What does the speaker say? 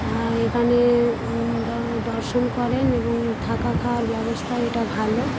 আর এখানে দর্শন করেন এবং থাকা খাওয়ার ব্যবস্থাও এটা ভালো